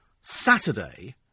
Saturday